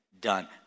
done